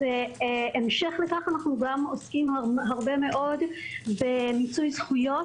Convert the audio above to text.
בהמשך לכך אנחנו גם עוסקים הרבה מאוד במיצוי זכויות